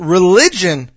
Religion